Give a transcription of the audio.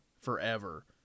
forever